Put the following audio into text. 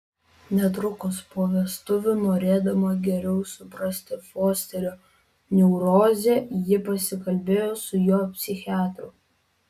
netrukus po vestuvių norėdama geriau suprasti fosterio neurozę ji pasikalbėjo su jo psichiatru